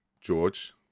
George